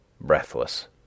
breathless